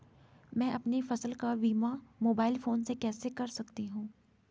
मैं अपनी फसल का बीमा मोबाइल फोन से कैसे कर सकता हूँ?